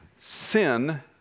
sin